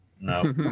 no